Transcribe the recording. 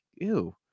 ew